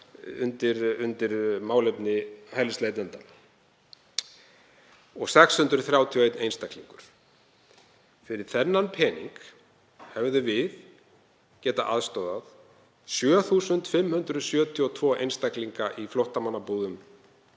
undir málefni hælisleitenda og 631 einstakling. Fyrir þennan pening hefðum við getað aðstoðað 7.572 einstaklinga í flóttamannabúðum,